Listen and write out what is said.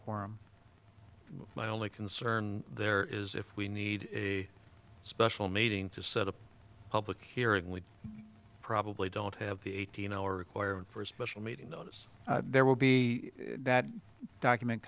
quorum my only concern there is if we need a special meeting to set up a public hearing we probably don't have the eighteen hour requirement for a special meeting notice there will be that document